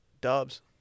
Dubs